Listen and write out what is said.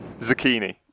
Zucchini